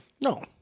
No